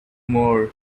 more